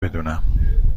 بدونم